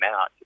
out